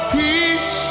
peace